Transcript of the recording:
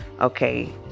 okay